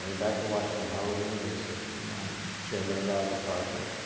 and back to washington, howard university. right. chairman of the art department.